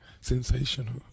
Sensational